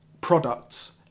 products